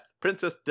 Princess